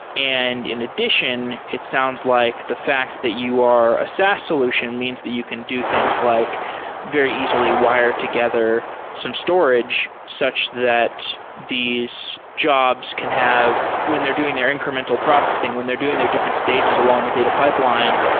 and in addition, it sounds like the fact that you are a saas solution means that you can do things like very easily wired together some storage such that these jobs can have when they're doing their incremental processing, when they're doing their different stages along the data pipeline,